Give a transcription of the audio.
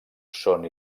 són